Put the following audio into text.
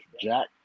Jack